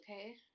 okay